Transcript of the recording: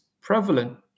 prevalent